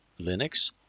Linux